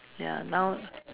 ya now